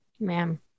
Ma'am